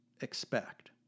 expect